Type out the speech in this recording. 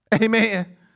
Amen